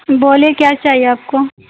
बोलिए क्या चाहिये आपको